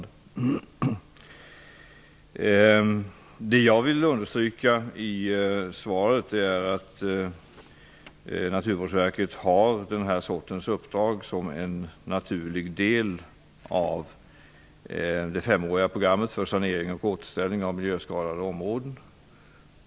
Det jag i svaret vill understryka är att Naturvårdsverket har den här sortens uppdrag som en naturlig del i det femåriga programmet för sanering och återställning av miljöskadade områden.